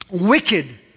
wicked